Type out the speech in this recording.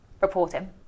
reporting